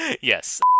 Yes